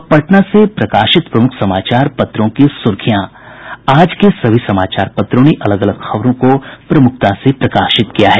अब पटना से प्रकाशित प्रमुख समाचार पत्रों की सुर्खियां आज के सभी समाचार पत्रों ने अलग अलग खबरों को प्रमुखता से प्रकाशित किया है